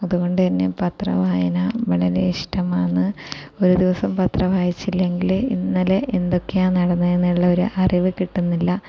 അതുകൊണ്ട് തന്നെ പത്രവായന വളരെ ഇഷ്ടമാണ് ഒരു ദിവസം പത്രം വായിച്ചില്ലെങ്കിൽ ഇന്നലെ എന്തൊക്കെയാണ് നടന്നത് എന്നുള്ള ഒരു അറിവ് കിട്ടുന്നില്ല